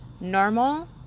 normal